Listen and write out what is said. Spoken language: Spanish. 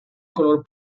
color